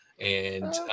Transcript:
And-